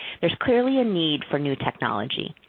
there's clearly a need for new technology.